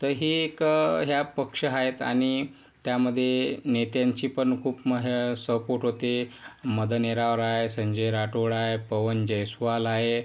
तर हे एक ह्या पक्ष आहेत आणि त्यामध्ये नेत्यांची पण खूप मग हे सपोर्ट होते मदन येरावार आहे संजय राठोड आहे पवन जयस्वाल आहे